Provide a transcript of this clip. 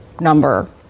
number